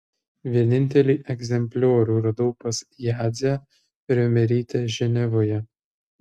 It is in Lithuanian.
vienintelį egzempliorių radau pas jadzią riomerytę ženevoje